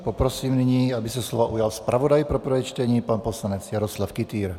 Poprosím nyní, aby se slova ujal zpravodaj pro prvé čtení pan poslanec Jaroslav Kytýr.